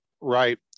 right